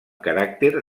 caràcter